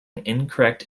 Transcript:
incorrect